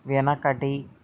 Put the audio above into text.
వెనకటి